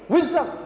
Wisdom